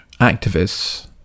activists